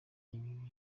iba